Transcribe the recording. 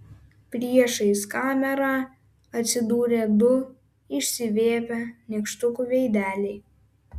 priešais kamerą atsidūrė du išsiviepę nykštukų veideliai